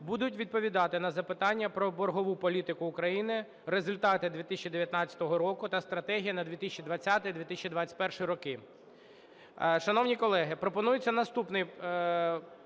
будуть відповідати на запитання про боргову політику України, результати 2019 року та стратегія на 2020-2021 роки.